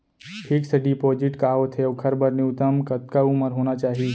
Fix deposit का होथे ओखर बर न्यूनतम कतका उमर होना चाहि?